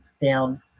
down